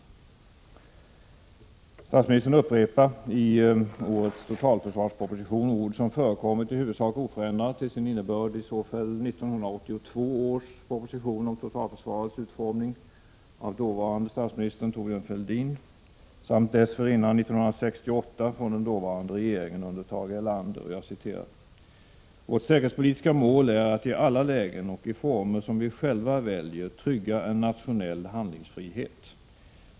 Statsministern upprepar i årets totalförsvarsproposition ord som förekommit i huvudsak oförändrade till sin innebörd i såväl 1982 års proposition om totalförsvarets utformning, som framlades under den dåvarande statsministern Thorbjörn Fälldins tid, som dessförinnan propositionen år 1968 från den dåvarande regeringen under Tage Erlander. Statsministern säger: ”Vårt säkerhetspolitiska mål är att i alla lägen och i former som vi själva väljer trygga en nationell handlingsfrihet.